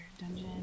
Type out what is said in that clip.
dungeon